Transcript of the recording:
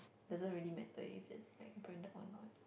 doesn't really matter if it's like branded or not